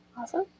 Awesome